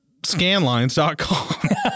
scanlines.com